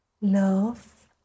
love